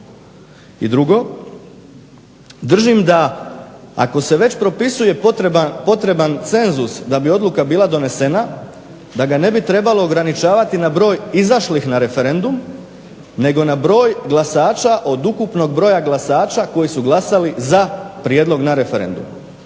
I drugo, držim da ako se već propisuje potreban cenzus da bi odluka bila donesena da ga ne bi trebalo ograničavati na broj izašlih na referendum nego na broj glasača od ukupnog broja glasača koji su glasali za prijedlog na referendumu.